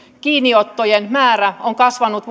kiinniottojen määrä vuonna kaksituhattaviisitoista on kasvanut